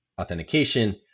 authentication